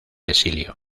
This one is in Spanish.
exilio